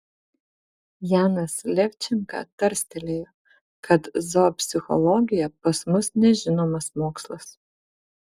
janas levčenka tarstelėjo kad zoopsichologija pas mus nežinomas mokslas